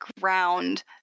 ground